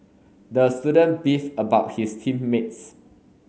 the student beefed about his team mates